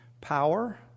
power